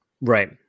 Right